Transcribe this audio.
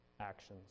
actions